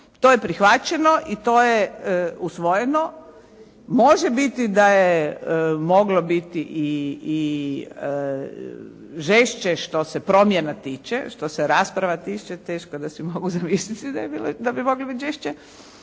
To je prihvaćeno i to je usvojeno. Može biti da je moglo biti i žešće što se promjena tiče. Što se rasprava tiče teško da si mogu zamisliti da je bilo, da bi moglo biti žešće,